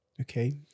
okay